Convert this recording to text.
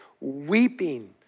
weeping